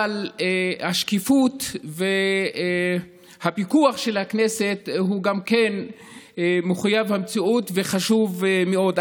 אבל השקיפות והפיקוח של הכנסת גם הם מחויבי המציאות וחשובים מאוד.